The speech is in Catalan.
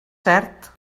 cert